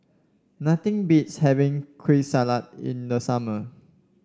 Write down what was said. nothing beats having Kueh Salat in the summer